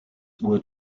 were